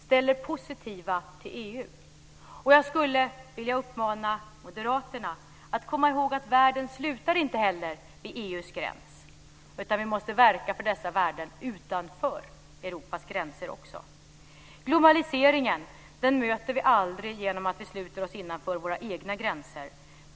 Ställ er positiva till EU. Jag skulle vilja uppmana Moderaterna att komma ihåg att världen inte slutar vid EU:s gräns. Vi måste verka för dessa värden också utanför Europas gränser. Vi möter aldrig globaliseringen genom att vi sluter oss innanför våra egna gränser.